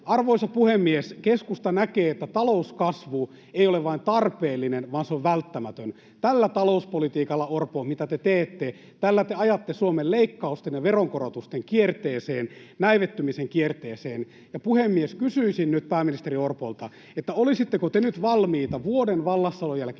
Arvoisa puhemies! Keskusta näkee, että talouskasvu ei ole vain tarpeellinen, vaan se on välttämätön. Tällä talouspolitiikalla, Orpo, mitä te teette? Tällä te ajatte Suomen leikkausten ja veronkorotusten kierteeseen, näivettymisen kierteeseen. Puhemies! Kysyisin nyt pääministeri Orpolta: olisitteko te nyt valmiita vuoden vallassaolon jälkeen